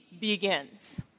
begins